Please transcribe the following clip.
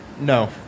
No